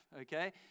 okay